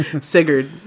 Sigurd